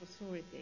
authority